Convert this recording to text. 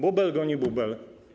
Bubel goni bubel.